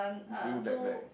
blue black black